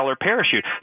parachute